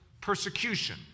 persecution